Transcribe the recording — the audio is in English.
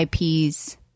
IPs